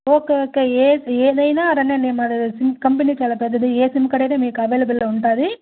okay okay ఏ ఏదైన రండి అండి మా సి కంపెనీ చాలా పెద్దది ఏ సిమ్ కార్డ్ అయిన మీకు అవైలబుల్లో ఉంటుంది